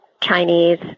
Chinese